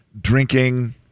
drinking